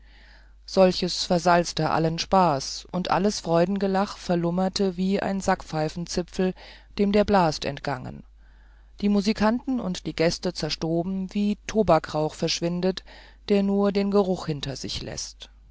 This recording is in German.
solches versalzte allen spaß und alles freudengelach verlummerte wie ein sackpfeifenzipfel dem der blast entgangen die musikanten und die gäste zerstoben wie tobackrauch verschwindet der nur den geruch hinter sich läßt